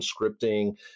scripting